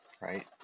right